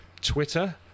Twitter